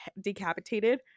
decapitated